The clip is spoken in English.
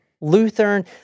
Lutheran